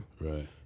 right